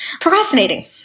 procrastinating